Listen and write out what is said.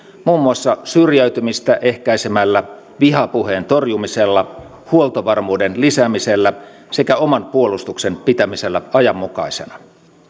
muun muassa syrjäytymistä ehkäisemällä vihapuheen torjumisella huoltovarmuuden lisäämisellä sekä oman puolustuksen pitämisellä ajanmukaisena